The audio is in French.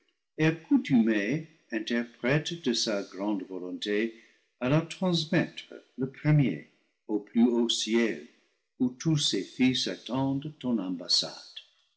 interprète de sa grande volonté à la transmettre le pre mier au plus haut ciel où tous ses fils attendent